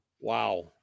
Wow